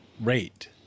rate